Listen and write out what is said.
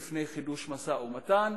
בפני חידוש משא-ומתן,